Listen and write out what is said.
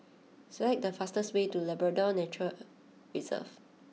select the fastest way to Labrador Nature Reserve